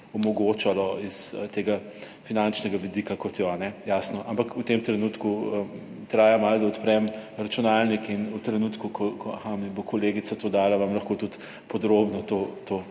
omogočalo iz tega finančnega vidika, kot jo jasno. Ampak v tem trenutku traja malo, da odprem računalnik in v trenutku, mi bo kolegica to dala, vam lahko tudi podrobno to